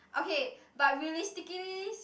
okay but realistically